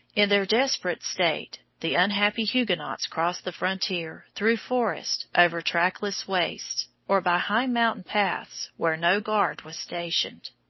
in their desperate state the unhappy huguenots crossed the frontier, through forests, over trackless wastes, or by high mountain paths, where no guard was stationed.